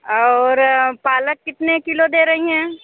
और पालक कितने किलो दे रहे हैं